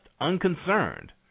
unconcerned